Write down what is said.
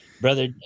Brother